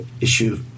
issue